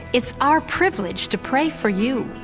it's our privilege to pray for you.